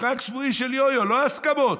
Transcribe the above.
של יו-יו, לא הסכמות,